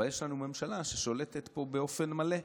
אבל יש לנו ממשלה ששולטת פה באופן מלא.